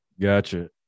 Gotcha